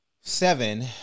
seven